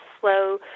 slow